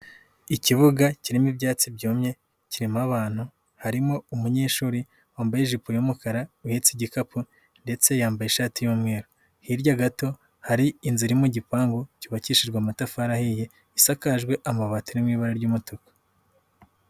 Ikibuga kirimo ibyatsi byumye, kirimo abantu, harimo umunyeshuri wambaye ijipo y'umukara uhetse igikapu ndetse yambaye ishati y'umweru, hirya gato hari inzu ira mu gipangu cyubakishijwe amatafari ahiye, isakajwe amabati ari mu ibara ry'umutuku.